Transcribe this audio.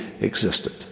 existed